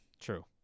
True